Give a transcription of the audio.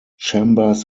chambers